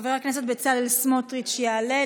חבר הכנסת בצלאל סמוטריץ' יעלה.